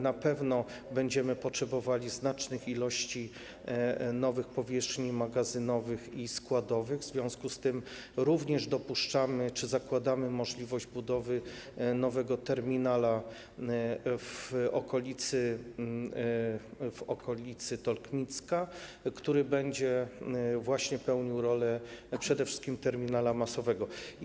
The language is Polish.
Na pewno będziemy potrzebowali znacznych ilości nowych powierzchni magazynowych i składowych, w związku z tym również dopuszczamy czy zakładamy możliwość budowy nowego terminala w okolicy Tolkmicka, który będzie właśnie pełnił rolę przede wszystkim terminala masowego.